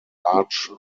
large